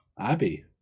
Abby